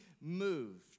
moved